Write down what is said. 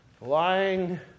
lying